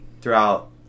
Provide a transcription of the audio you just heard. throughout